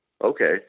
okay